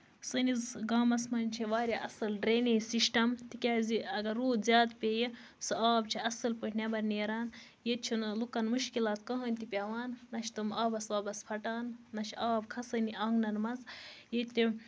سٲنِس گامَس منٛز چھِ واریاہ اَصٕل ڈرٛینیج سِسٹم تِکیٛازِ اَگر روٗد زیادٕ پیٚیہِ سُہ آب چھُ اَصٕل پٲٹھۍ نیٚبر نیران ییٚتہِ چھُنہٕ لوٗکن مُشکِلات کِہیٖنٛۍ تہِ پیٚوان نہَ چھِ تِم آبَس وابَس پھٹان نہَ چھُ آب کھسانٕے آنٛگنن منٛز ییٚتہِ تِم